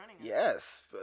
yes